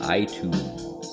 iTunes